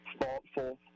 thoughtful